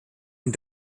and